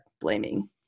blaming